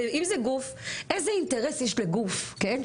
ואם זה גוף, איזה אינטרס יש לגוף, כן?